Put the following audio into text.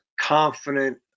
confident